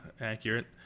accurate